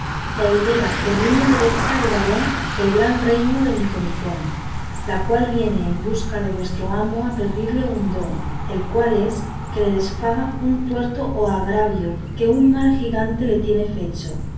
la heredera por línea recta de varón del gran reino de micomicón la cual viene en busca de vuestro amo a pedirle un don el cual es que le desfaga un tuerto o agravio que un mal gigante le tiene fecho